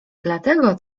dlatego